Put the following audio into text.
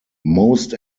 most